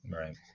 Right